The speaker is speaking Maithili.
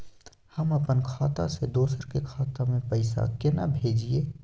हम अपन खाता से दोसर के खाता में पैसा केना भेजिए?